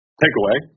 takeaway